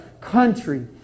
country